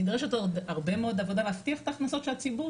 נדרשת עוד הרבה מאוד עבודה להבטיח את ההכנסות של הציבור,